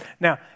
Now